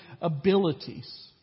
abilities